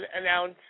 announce